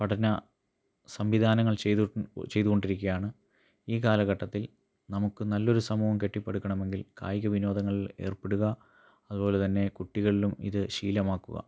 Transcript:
പഠന സംവിധാനങ്ങളും ചെയ്ത് ചെയ്ത് കൊണ്ടിരിക്കുകയാണ് ഈ കാലഘട്ടത്തിൽ നമുക്ക് നല്ലൊരു സമൂഹം കെട്ടി പടുക്കണമെങ്കിൽ കായിക വിനോദങ്ങളിൽ ഏർപ്പെടുക അതുപോലെത്തന്നെ കുട്ടികളിലും ഇത് ശീലമാക്കുക